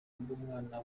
bw’umwana